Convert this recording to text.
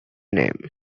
name